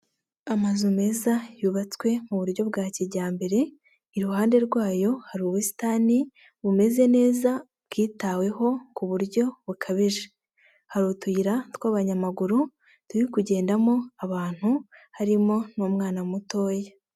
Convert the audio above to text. Amazu meza yubatswe mu buryo bwa kijyambere, iruhande rwayo hari ubusitani bumeze neza bwitaweho ku buryo bukabije, hari utuyira tw'abanyamaguru turi kugendamo abantu harimo n'umwana mutoya.